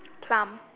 plum